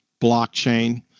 blockchain